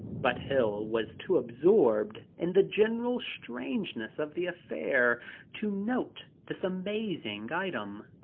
but hill was too absorbed in the general strangeness of the affair to note this amazing item.